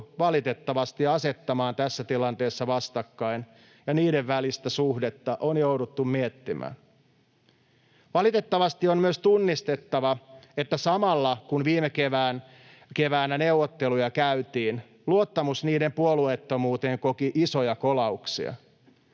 valitettavasti asettamaan tässä tilanteessa vastakkain ja niiden välistä suhdetta on jouduttu miettimään. Valitettavasti on myös tunnistettava, että samalla, kun viime keväänä neuvotteluja käytiin, luottamus niiden puolueettomuuteen koki isoja kolauksia.